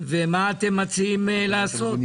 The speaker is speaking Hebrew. ושאלתי מה הם מציעים לעשות.